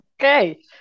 Okay